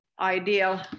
ideal